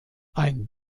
ein